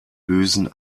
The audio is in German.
lösen